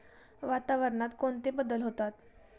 वातावरणात कोणते बदल होतात?